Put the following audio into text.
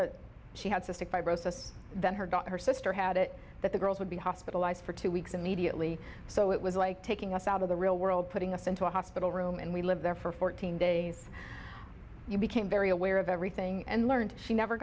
that she had cystic fibrosis that her daughter her sister had it that the girls would be hospitalized for two weeks immediately so it was like taking us out of the real world putting us into a hospital room and we lived there for fourteen days you became very aware of everything and learned she never